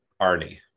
Arnie